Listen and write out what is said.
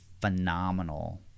phenomenal